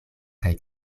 kaj